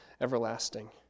everlasting